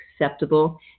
acceptable